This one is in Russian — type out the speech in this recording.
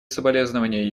соболезнования